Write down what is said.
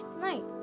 night